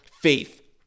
faith